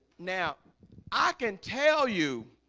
now i can tell you